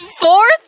fourth